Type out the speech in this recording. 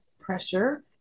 pressure